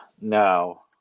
No